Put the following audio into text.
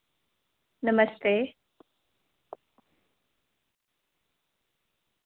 नमस्ते